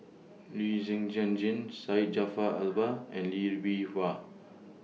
Lee Zhen Zhen Jane Syed Jaafar Albar and Lee Bee Wah